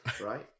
right